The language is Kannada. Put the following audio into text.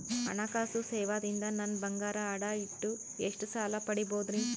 ಹಣಕಾಸು ಸೇವಾ ದಿಂದ ನನ್ ಬಂಗಾರ ಅಡಾ ಇಟ್ಟು ಎಷ್ಟ ಸಾಲ ಪಡಿಬೋದರಿ?